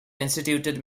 instituted